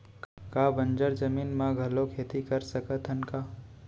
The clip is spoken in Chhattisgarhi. का बंजर जमीन म घलो खेती कर सकथन का?